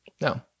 No